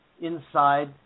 inside